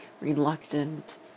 reluctant